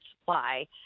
supply